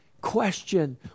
question